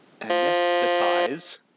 anesthetize